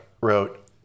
wrote